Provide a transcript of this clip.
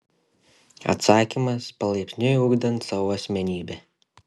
atsakymas palaipsniui ugdant savo asmenybę